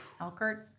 Elkert